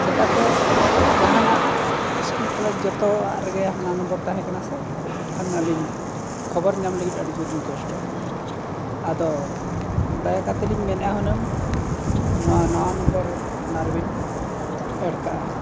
ᱪᱮᱠᱟᱛᱮ ᱡᱟᱦᱟᱱᱟᱜ ᱡᱚᱛᱚᱣᱟᱜ ᱨᱮᱜᱮ ᱦᱟᱱᱟ ᱛᱟᱦᱮᱸ ᱠᱟᱱᱟ ᱥᱮ ᱮᱱᱠᱷᱟᱱ ᱟᱹᱞᱤᱧ ᱠᱷᱚᱵᱚᱨ ᱧᱟᱢ ᱞᱟᱹᱜᱤᱫ ᱟᱹᱰᱤ ᱡᱳᱨᱞᱤᱧ ᱠᱚᱥᱴᱚᱜ ᱠᱟᱱᱟ ᱟᱫᱚ ᱫᱟᱭᱟ ᱠᱟᱛᱮᱫ ᱞᱤᱧ ᱢᱮᱱᱮᱫᱼᱟ ᱦᱩᱱᱟᱹᱝ ᱱᱚᱣᱟ ᱱᱟᱣᱟ ᱚᱱᱟ ᱨᱮᱵᱤᱱ ᱠᱟᱜᱼᱟ